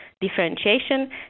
differentiation